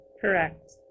Correct